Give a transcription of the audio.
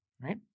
right